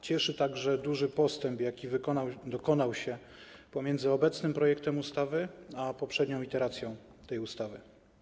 Cieszy także duży postęp, jaki dokonał się pomiędzy obecnym projektem ustawy a poprzednią iteracją tej ustawy.